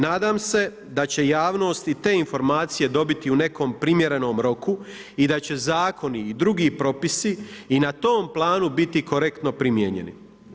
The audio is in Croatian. Nadam se da će javnost i te informacije dobiti u nekom primjerenom roku i da će zakoni i drugi propisi i na tom planu biti korektno primijenjeni.